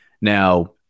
Now